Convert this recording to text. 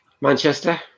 Manchester